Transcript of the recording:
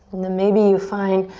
and then maybe you find,